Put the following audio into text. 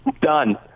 Done